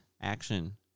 Action